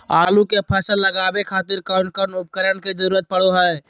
आलू के फसल लगावे खातिर कौन कौन उपकरण के जरूरत पढ़ो हाय?